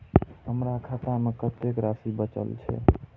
हमर खाता में कतेक राशि बचल छे?